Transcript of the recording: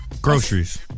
groceries